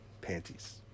panties